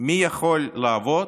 "מי שיכול לעבוד,